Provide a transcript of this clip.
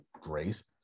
Grace